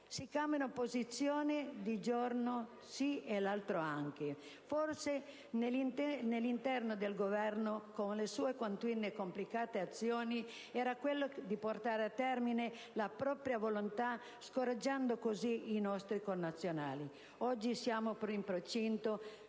Si cambiano posizioni un giorno sì e l'altro anche. Forse l'intento del Governo, con le sue continue e complicate azioni, era quello di affermare la propria volontà scoraggiando così i nostri connazionali. Oggi siamo in procinto